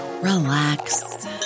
relax